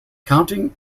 counting